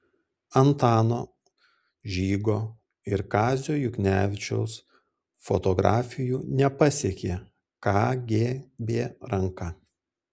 antano žygo ir kazio juknevičiaus fotografijų nepasiekė kgb ranka